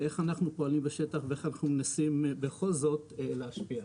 איך אנחנו פועלים בשטח ואיך אנחנו מנסים בכל זאת להשפיע.